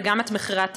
וגם את מחירי התמרוקים.